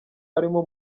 arimo